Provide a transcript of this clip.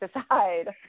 decide